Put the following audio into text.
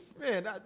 Man